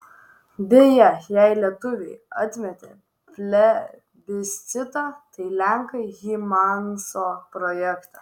beje jeigu lietuviai atmetė plebiscitą tai lenkai hymanso projektą